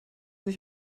sich